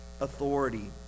authority